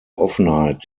offenheit